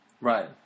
right